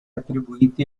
attribuiti